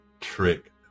trick